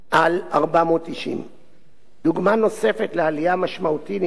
490. דוגמה נוספת לעלייה משמעותית היא